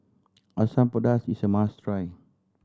Asam Pedas is a must try